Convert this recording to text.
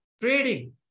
trading